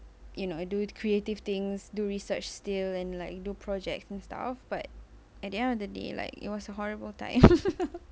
you know do creative things do research still and like do projects and stuff but at the end of the day like it was a horrible time